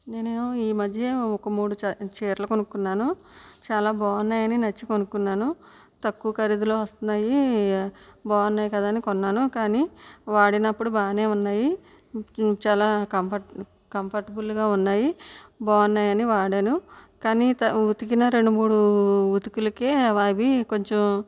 నేను ఈ మధ్య ఒక మూడు చీ చీరలు కొనుక్కున్నాను చాల బాగున్నాయి అని నచ్చి కొనుక్కున్నాను తక్కువ ఖరీదులో వస్తున్నాయి బాగున్నాయి కదా అని కొన్నాను కానీ వాడినప్పుడు బాగా ఉన్నాయి చాలా కంఫర్ట్ కంఫర్టబుల్గా ఉన్నాయి బాగున్నాయి అని వాడాను కానీ ఉతికిన రెండు మూడు ఉతుకులకు అవి కొంచెం